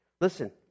Listen